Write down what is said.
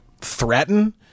threaten